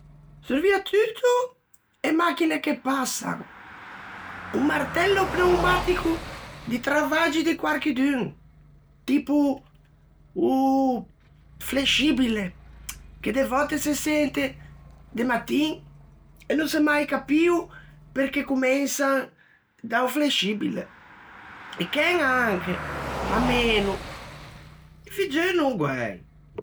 Sorviatutto e machine che passan, o martello pneumatico di travaggi de quarchidun, tipo o flescibile che de vòtte se sente de mattin, no s'é mai capio perché comensan da-o flscibile. I chen anche, ma meno, i figgeu no guæi.